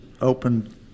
opened